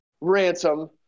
Ransom